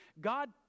God